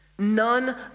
none